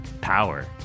power